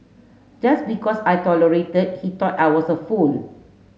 just because I tolerated he thought I was a fool